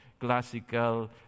classical